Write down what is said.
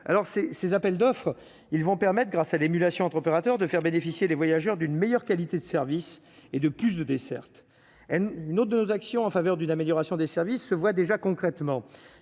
ces ces appels d'offres, ils vont permettent grâce à l'émulation entre opérateurs de faire bénéficier les voyageurs du. Une meilleure qualité de service et de plus de dessertes, nos 2 actions en faveur d'une amélioration des services se voit déjà concrètement,